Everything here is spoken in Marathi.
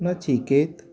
नचिकेत